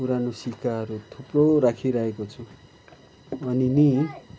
पुरानो सिक्काहरू थुप्रो राखिराखेको छु अनि नि